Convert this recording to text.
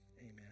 Amen